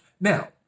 Now